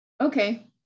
Okay